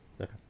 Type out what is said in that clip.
Okay